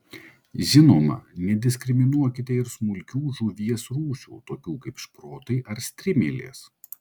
žinoma nediskriminuokite ir smulkių žuvies rūšių tokių kaip šprotai ar strimelės